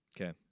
Okay